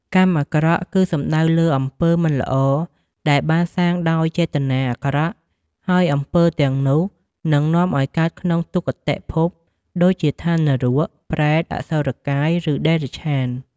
កម្មអាក្រក់ គឺសំដៅលើអំពើមិនល្អដែលបានសាងដោយចេតនាអាក្រក់ ហើយអំពើទាំងនោះនឹងនាំឲ្យកើតក្នុងទុគតិភព ដូចជាឋាននរក ប្រេត អសុរកាយ ឬតិរច្ឆាន។